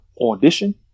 audition